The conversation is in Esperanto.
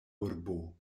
urbo